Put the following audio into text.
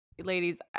Ladies